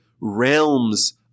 realms